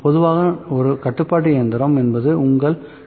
பொதுவாக ஒரு கட்டுப்பாட்டு இயந்திரம் என்பது உங்கள் U